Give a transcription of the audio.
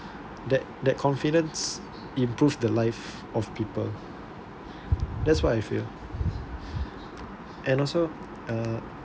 that that confidence improves the life of people that's what I feel and also uh sorry